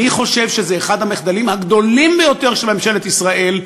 אני חושב שזה אחד המחדלים הגדולים ביותר של ממשלת ישראל,